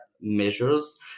measures